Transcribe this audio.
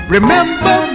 Remember